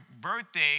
birthday